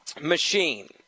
machine